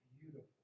beautiful